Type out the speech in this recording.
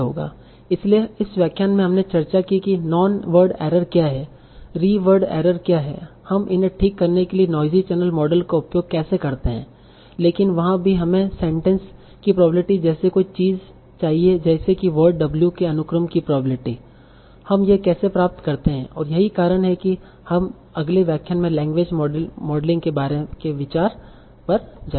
इसलिए इस व्याख्यान में हमने चर्चा की कि नॉन वर्ड एरर क्या हैं री वर्ड एरर क्या हैं हमें इन्हें ठीक करने के लिए नॉइजी चैनल मॉडल का उपयोग कैसे करते हैं लेकिन वहाँ भी हमें सेंटेंस की प्रोबेब्लिटी जैसी कोई चीज़ चाहिए जैसे की वर्ड W के अनुक्रम की प्रोबेब्लिटी हम यह कैसे प्राप्त करते हैं और यही कारण है कि हम अगले व्याख्यान में लैंग्वेज मॉडलिंग के विचार पर जाएंगे